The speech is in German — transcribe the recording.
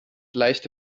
leichte